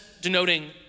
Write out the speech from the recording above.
denoting